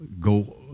go